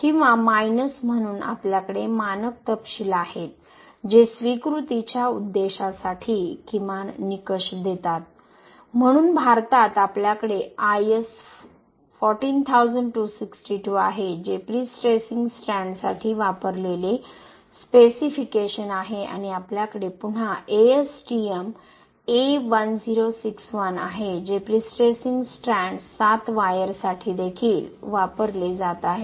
किंवा मायनस म्हणून आपल्याकडे मानक तपशील आहेत जे स्वीकृतीच्या उद्देशासाठी किमान निकष देतात म्हणून भारतात आपल्याकडे IS 14262 आहे जे प्रीस्ट्रेसिंग स्ट्रँडसाठी वापरलेले स्पेसिफिकेशन आहे आणि आपल्याकडे पुन्हा ASTM A1061 आहे जे प्रीस्ट्रेसिंग स्ट्रँड्स 7wire साठी देखील वापरले जात आहे